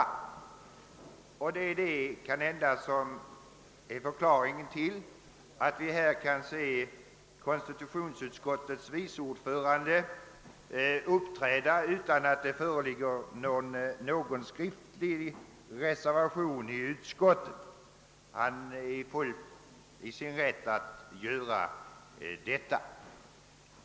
Det är kanhända förklaringen till att vi nu kan se konstitutionsutskottets vice ordförande uppträda och framlägga annat yrkande utan att det föreligger någon skriftlig reservation i utskottet. Han är i sin fulla rätt att göra det.